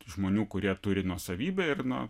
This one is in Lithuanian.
žmonių kurie turi nuosavybę ir na